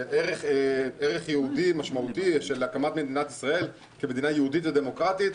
זה ערך יהודי משמעותי של הקמת מדינת ישראל כמדינה יהודית ודמוקרטית,